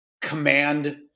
command